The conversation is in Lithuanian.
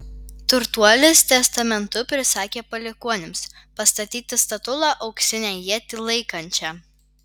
turtuolis testamentu prisakė palikuonims pastatyti statulą auksinę ietį laikančią